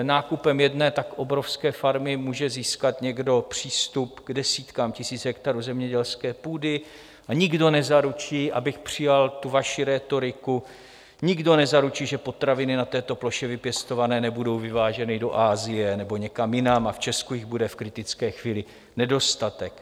Nákupem jedné tak obrovské farmy může získat někdo přístup k desítkám tisíc hektarů zemědělské půdy a nikdo nezaručí, abych přijal vaši rétoriku, nikdo nezaručí, že potraviny na této ploše vypěstované nebudou vyváženy do Asie nebo někam jinam a v Česku jich bude v kritické chvíli nedostatek.